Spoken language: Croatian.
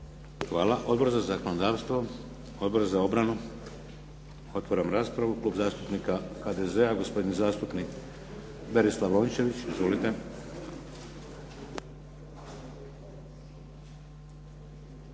Hvala. Odbor za zakonodavstvo? Odbor za obranu? Otvaram raspravu. Klub zastupnika HDZ-a, gospodin zastupnik Berislav Rončević. Izvolite.